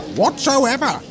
whatsoever